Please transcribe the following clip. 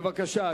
בבקשה,